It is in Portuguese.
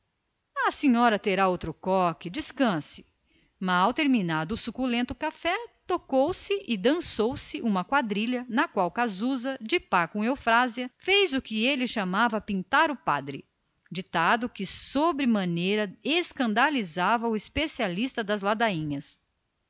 a senhora terá outro descanse mal se serviram de café com leite e bolo de tapioca com manteiga formou-se uma quadrilha na qual o casusa de par com eufrasinha fez o que ele chamava pintar o padre ditado este que sobremaneira escandalizava o especialista das ladainhas